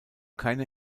keine